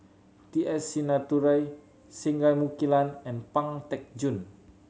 T S Sinnathuray Singai Mukilan and Pang Teck Joon